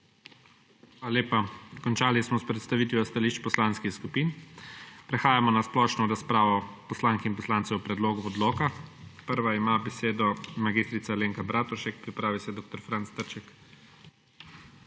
Hvala lepa. Končali smo s predstavitvami stališč poslanskih skupin. Prehajamo na splošno razpravo poslank in poslancev o predlogu odloka. Prva ima besedo mag. Alenka Bratušek, pripravi naj se dr. Franc Trček.